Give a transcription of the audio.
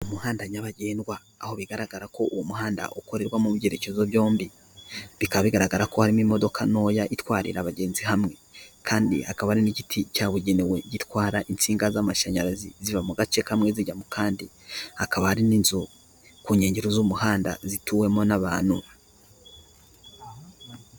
umuhanda nyabagendwa aho bigaragara ko uwo muhanda ukorerwa mu byerekezo byombi bikaba bigaragara ko harimo imodoka ntoya itwarira abagenzi hamwe kandi hakaba hari n'igiti cyabugenewe gitwara insinga z'amashanyarazi ziva mu gace kamwe zijya mu kandi hakaba hari n'inzu ku nkengero z'umuhanda zituwemo n'abantu